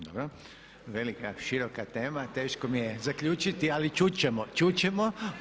Dobro, velika i široka tema, teško mi je zaključiti ali čut ćemo.